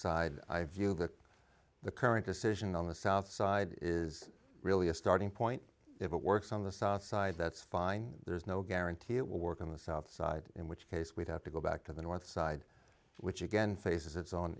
side i view that the current decision on the south side is really a starting point if it works on the south side that's fine there's no guarantee it will work on the south side in which case we'd have to go back to the north side which again faces its o